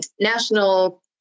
National